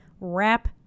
wrap